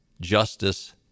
justice